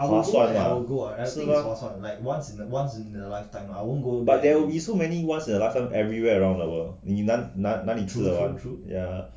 put off ah 是吗 but there will so many once in a lifetime everywhere around the world 你哪里去的完